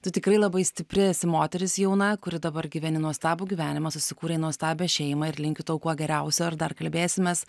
tu tikrai labai stipri esi moteris jauna kuri dabar gyveni nuostabų gyvenimą susikūrei nuostabią šeimą ir linkiu tau kuo geriausio ir dar kalbėsimės